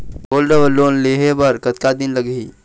Gold loan लेहे बर कतका दिन लगही?